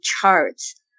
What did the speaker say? charts